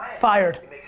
Fired